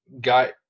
got